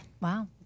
Wow